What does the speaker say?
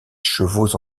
chevaux